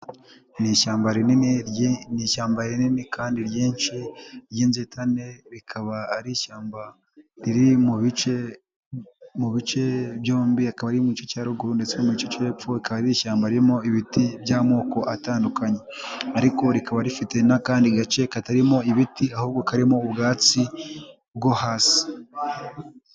Ni ishyamba rinini kandi ryinshi ry'inzitane, rikaba ari ishyamba riri mu bice byombi, akaba ari mu cya ya ruguru ndetse no mu giceepfo, ikaba ari ishyamba ririmo ibiti by'amoko atandukanye, ariko rikaba rifite n'akandi gace katarimo ibiti ahubwo karimo ubwatsi bwo hasi.